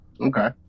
Okay